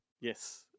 yes